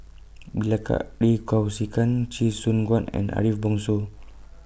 Bilahari Kausikan Chee Soon Juan and Ariff Bongso